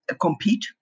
compete